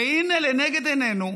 והינה, לנגד עינינו,